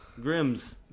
Grims